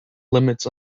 limits